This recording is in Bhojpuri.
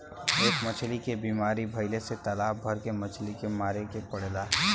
एक मछली के बीमारी भइले से तालाब भर के मछली के मारे के पड़ेला